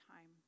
time